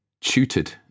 tutored